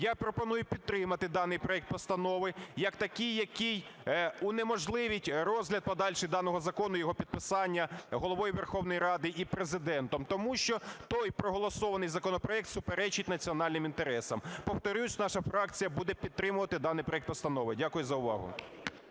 Я пропоную підтримати даний проект постанови як такий, який унеможливить розгляд подальший даного закону, його підписання Головою Верховної Ради і Президентом, тому що той проголосований законопроект суперечить національним інтересам. Повторюсь, наша фракція буде підтримувати даний проект постанови. Дякую за увагу.